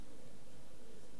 החלשות.